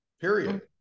period